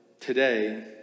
today